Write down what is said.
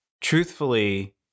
truthfully